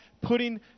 putting